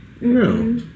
No